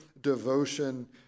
devotion